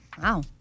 wow